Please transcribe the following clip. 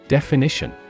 Definition